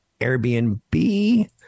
Airbnb